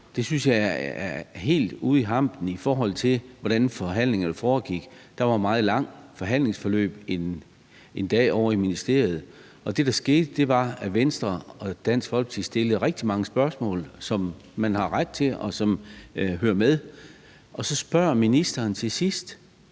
ud« synes jeg er helt ude i hampen, i forhold til hvordan forhandlingerne foregik. Der var et meget langt forhandlingsforløb en dag ovre i ministeriet, og det, der skete, var, at Venstre og Dansk Folkeparti stillede rigtig mange spørgsmål, hvilket man har ret til, og som hører med. Og så spørger ministeren til sidst,